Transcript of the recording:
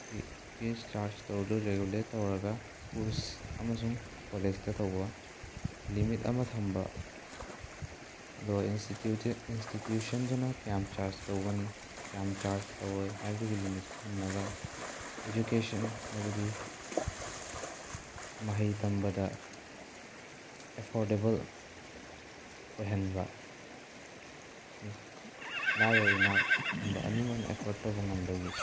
ꯐꯤ fees charge ꯇꯧꯔꯤꯗꯣ regulate ꯇꯧꯔꯒ schools ꯑꯃꯁꯨꯡ ꯀꯣꯂꯦꯖꯇ ꯇꯧꯕ ꯂꯤꯃꯤꯠ ꯑꯃ ꯊꯝꯕ ꯑꯗꯣ ꯏꯟꯁꯇꯤꯇ꯭ꯌꯨꯁꯟꯗꯨꯅ ꯀꯌꯥꯝ ꯆꯥꯔꯖ ꯇꯧꯒꯅꯤ ꯀꯌꯥꯝ ꯆꯥꯔꯖ ꯇꯧꯔꯣꯏ ꯍꯥꯏꯕꯒꯤ ꯂꯤꯃꯤꯠ ꯊꯝꯃꯒ ꯏꯖꯨꯀꯦꯁꯟ ꯍꯥꯏꯕꯗꯤ ꯃꯍꯩ ꯇꯝꯕꯗ ꯑꯦꯐꯣꯔꯗꯦꯕꯜ ꯑꯣꯏꯍꯟꯕ ꯂꯥꯏꯔ ꯏꯅꯥꯛ ꯈꯨꯟꯕ ꯑꯅꯤꯃꯛꯅ ꯑꯦꯐꯣꯔꯠ ꯇꯧꯕ ꯉꯝꯕꯒꯤ